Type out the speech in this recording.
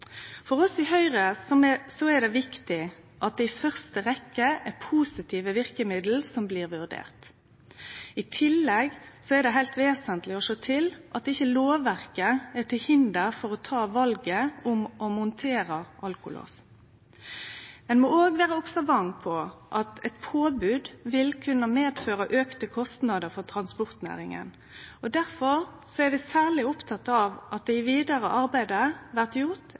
For oss i Høgre er det viktig at det i første rekkje er positive verkemiddel som blir vurderte. I tillegg er det heilt vesentleg å sjå til at ikkje lovverket er til hinder for å take valet om å montere alkolås. Ein må òg vere observant på at eit påbod vil kunne medføre auka kostnader for transportnæringa. Difor er vi særleg opptekne av at det vidare arbeidet blir gjort